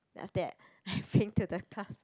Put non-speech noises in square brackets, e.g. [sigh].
after that [breath] I bring to the class